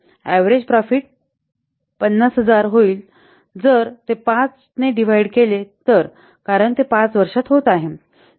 average profit 50000 होईल जर ते ५ ने डिव्हाइड केले तर कारण ते ५ वर्षात होत आहे